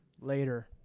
Later